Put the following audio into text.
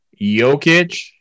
Jokic